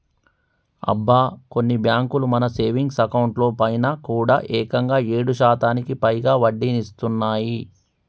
అబ్బా కొన్ని బ్యాంకులు మన సేవింగ్స్ అకౌంట్ లో పైన కూడా ఏకంగా ఏడు శాతానికి పైగా వడ్డీనిస్తున్నాయి